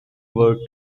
word